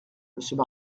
monsieur